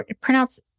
pronounce